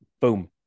Boom